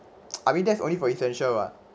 I mean that's only for essential [what]